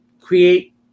create